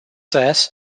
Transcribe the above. says